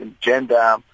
gender